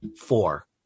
four